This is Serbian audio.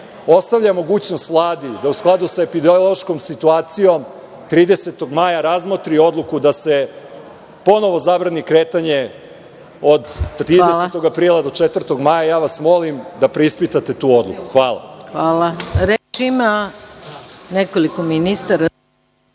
ostavlja mogućnost Vladi da, u skladu sa epidemiološkom situacijom, 30. aprila razmotri odluku da se ponovo zabrani kretanje od 30. aprila do 4. maja, ja vas molim da preispitate tu odluku. Hvala. **Maja Gojković**